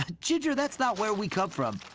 ah ginger, that's not where we come from.